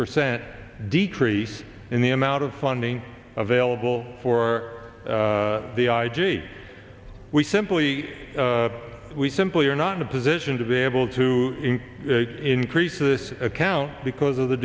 percent decrease in the amount of funding available for the i g we simply we simply are not in a position to be able to increase this account because of the